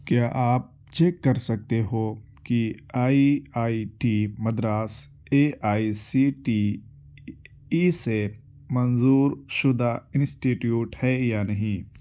کیا آپ چیک کر سکتے ہو کہ I I T Madras A I C T E سے منظور شدہ انسٹیٹییوٹ ہے یا نہیں